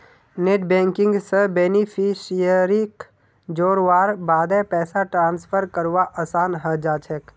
net banking स बेनिफिशियरीक जोड़वार बादे पैसा ट्रांसफर करवा असान है जाछेक